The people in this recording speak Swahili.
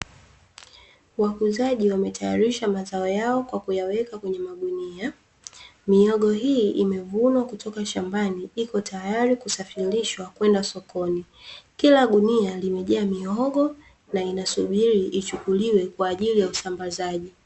Wauzaji wametayarisha mazao yao kwa kuyaweka kwenye magunia. Mihogo hii iimevunwa kutoka shambani, iko tayari kusafirishwa kwenda sokoni. Kila gunia limejaa mihogo na inasubiri ichukuliwe kwa ajili ya usambazaji.